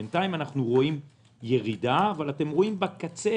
בינתיים אנחנו רואים ירידה אבל אתם רואים שבקצה